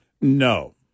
No